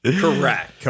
Correct